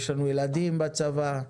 יש לנו ילדים בצבא,